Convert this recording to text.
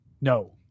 No